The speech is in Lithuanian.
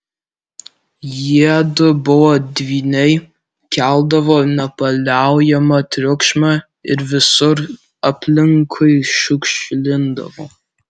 jiedu buvo dvyniai keldavo nepaliaujamą triukšmą ir visur aplinkui šiukšlindavo